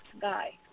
guy